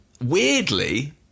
Weirdly